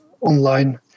online